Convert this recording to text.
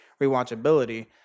rewatchability